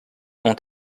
ont